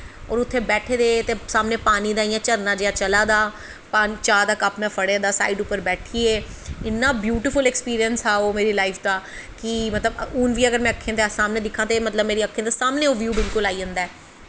उत्थै बैठे दे हे ते सामनै पानी दा झरना जेहा चला दा हा चाह् दा कप में फड़े दा साइड़ पर बैठियै इन्ना ब्यूटिफुल ऐक्सपिरिंस हा ओह् मेरी लाइफ दा कि हून बी में अगर अक्खीं दे सामनै दिक्खां ते मतलब मेरी अक्खीं दे सामनैं बिल्कुल ओह् ब्यू आई जंदा ऐ